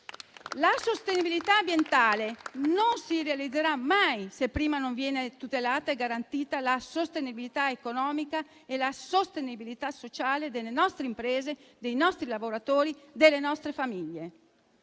La sostenibilità ambientale non si realizzerà mai se prima non vengono tutelate e garantite la sostenibilità economica e la sostenibilità sociale delle nostre imprese, dei nostri lavoratori e delle nostre famiglie.